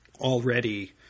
already